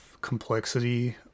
complexity